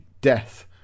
death